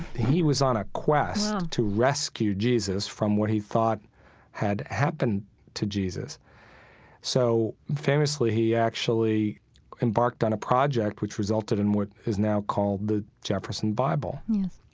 he was on a quest to rescue jesus from what he thought had happened to jesus so famously, he actually embarked on a project, which resulted in what is now called the jefferson bible yes